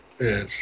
Yes